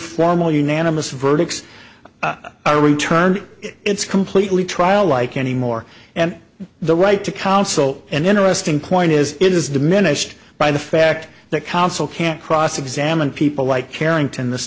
formal unanimous verdict are returned it's completely trial like any more and the right to counsel and interesting point is it is diminished by the fact that counsel can't cross examine people like harrington this